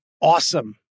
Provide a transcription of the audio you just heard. awesome